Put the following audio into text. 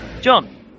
John